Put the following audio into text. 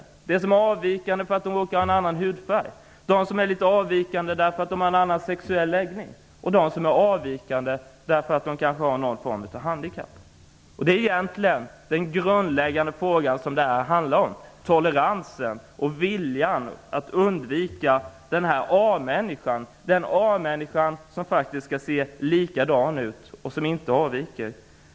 Det kan vara de som är avvikande för att de har en annan hudfärg, de som är litet avvikande för att de har en annan sexuell läggning och de som är avvikande för att de har någon form av handikapp. Det är egentligen den grundläggande fråga som detta handlar om -- toleransen och viljan att undvika A människan som skall se likadan ut och inte avvika.